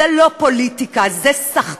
זאת לא פוליטיקה, זאת סחטנות,